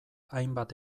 hainbat